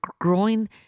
growing